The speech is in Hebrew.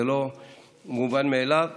זה לא מובן מאליו,